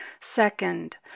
Second